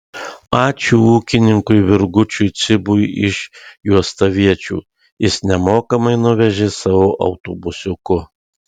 ačiū ūkininkui virgučiui cibui iš juostaviečių jis nemokamai nuvežė savo autobusiuku